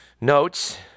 notes